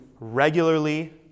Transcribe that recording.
regularly